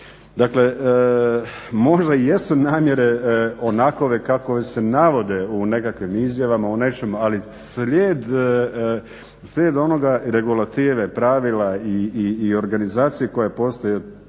Dakle možda jesu namjere onakove kakove se navode u nekakvim izjavama u nečemu ali slijed onoga regulative, pravila i organizacije koja postoji